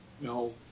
No